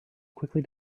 quickly